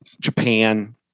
Japan